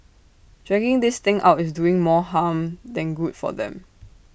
dragging this thing out is doing more harm than good for them